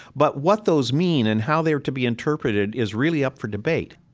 but what those mean and how they're to be interpreted is really up for debate